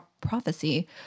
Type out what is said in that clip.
prophecy